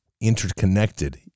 interconnected